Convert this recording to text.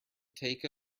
take